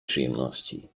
przyjemności